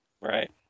Right